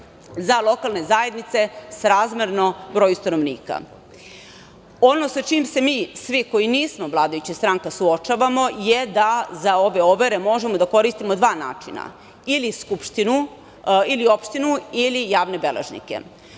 za lokalne zajednice srazmerno broju stanovnika. Ono sa čim se mi svi koji nismo vladajuća stranka suočavamo je da za ove overe možemo da koristimo dva načina - ili opštinu ili javne beležnike.